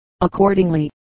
Accordingly